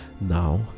now